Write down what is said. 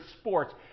sports